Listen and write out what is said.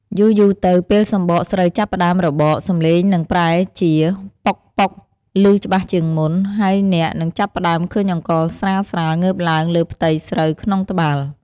យូរៗទៅ ពេលសម្បកស្រូវចាប់ផ្តើមរបក សំឡេងនឹងប្រែជា "ប៉ុកៗ" ឮច្បាស់ជាងមុន ហើយអ្នកនឹងចាប់ផ្តើមឃើញអង្ករស្រាលៗងើបឡើងលើផ្ទៃស្រូវក្នុងត្បាល់។